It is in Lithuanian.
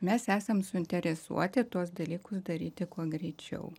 mes esam suinteresuoti tuos dalykus daryti kuo greičiau